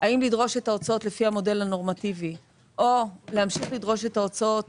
האם לדרוש את ההוצאות לפי המודל הנורמטיבי או להמשיך לדרוש את ההוצאות